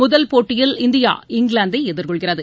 முதல் போட்டியில் இந்தியா இங்கிலாந்தைஎதிர்கொள்கிறது